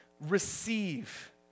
receive